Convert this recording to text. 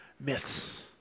myths